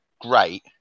great